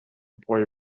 boy